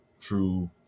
true